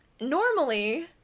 Normally